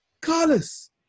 Carlos